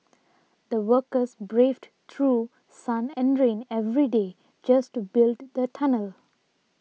the workers braved through sun and rain every day just to build the tunnel